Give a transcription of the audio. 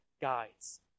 guides